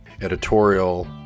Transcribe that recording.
editorial